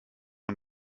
und